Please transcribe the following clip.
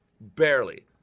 barely